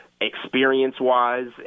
Experience-wise